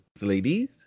ladies